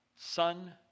son